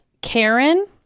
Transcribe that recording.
Karen